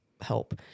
help